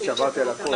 עברתי על הכול,